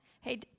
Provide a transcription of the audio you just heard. Hey